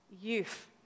youth